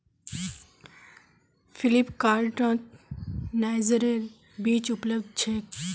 फ्लिपकार्टत नाइजरेर बीज उपलब्ध छेक